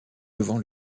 devant